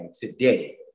today